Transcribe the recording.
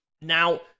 Now